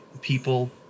people